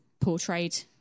portrayed